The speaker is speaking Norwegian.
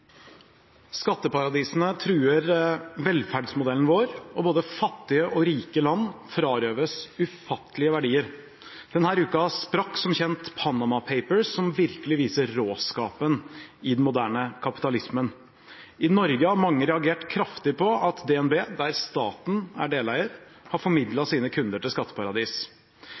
Skatteparadisene truer velferdsmodellen vår, og både fattige og rike land frarøves ufattelige verdier. Denne uka sprakk som kjent Panama Papers, som virkelig viser råskapen i den moderne kapitalismen. I Norge har mange reagert kraftig på at DNB, der staten er deleier, har formidlet sine kunder til skatteparadis.